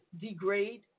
degrade